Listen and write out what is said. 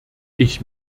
ich